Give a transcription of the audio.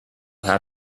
how